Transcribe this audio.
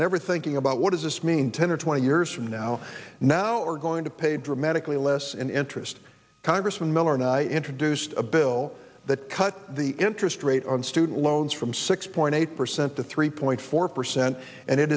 never thinking about what does this mean ten or twenty years from now now we're going to pay dramatically less in interest congressman miller and i introduced a bill that cut the interest rate on student loans from six point eight percent to three point four percent and it